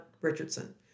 Richardson